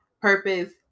purpose